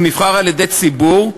הוא נבחר על-ידי ציבור,